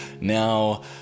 Now